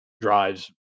drives